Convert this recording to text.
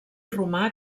romà